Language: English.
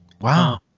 Wow